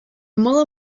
modo